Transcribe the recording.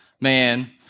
man